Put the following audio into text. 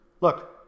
look